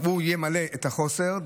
ימלא את החוסר,